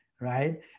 Right